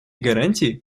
гарантии